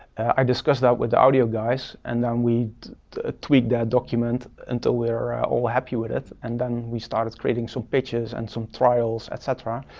i discussed that with the audio guys and then we tweaked that document until we were all happy with it and then we started creating some pitches and some trials, et cetera,